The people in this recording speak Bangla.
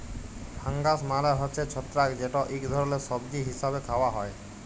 ফাঙ্গাস মালে হছে ছত্রাক যেট ইক ধরলের সবজি হিসাবে খাউয়া হ্যয়